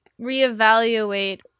reevaluate